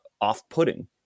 off-putting